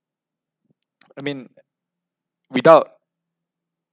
I mean without